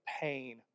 pain